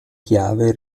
chiave